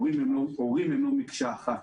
הורים הם לא מקשה אחת.